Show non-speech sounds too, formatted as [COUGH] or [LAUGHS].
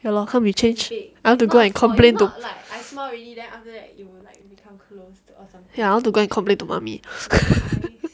ya loh can't we change I want to go and complain to mummy ya I want to go and complain to mummy [LAUGHS]